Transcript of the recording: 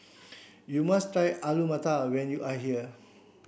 you must try Alu Matar when you are here